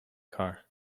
car